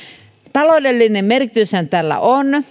taloudellinen merkityshän tällä on